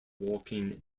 walking